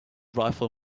rifle